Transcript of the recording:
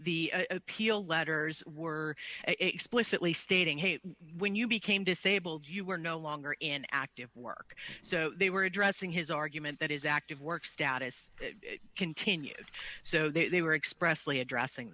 the appeal letters were explicitly stating hey when you became disabled you were no longer in active work so they were addressing his argument that is active work status continues so they were expressly addressing